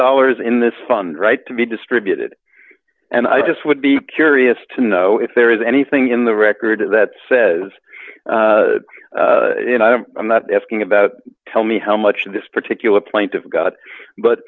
dollars in this fund right to be distributed and i just would be curious to know if there is anything in the record that says you know i'm not asking about tell me how much this particular plaintiff got but